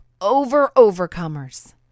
over-overcomers